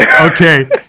Okay